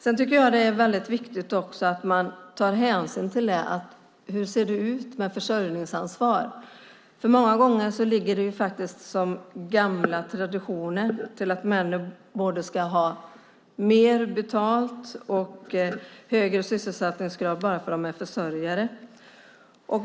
Det är också väldigt viktigt att man tar hänsyn till hur det ser ut med försörjningsansvaret. Många gånger finns det gamla traditioner som innebär att män ska ha både mer betalt och högre sysselsättningsgrad bara för att de är försörjare.